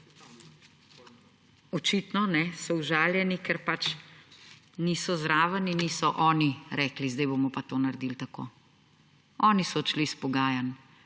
Očitno so užaljeni, ker pač niso zraven in niso oni rekli, zdaj bomo pa to naredili tako. Oni so odšli s pogajanj.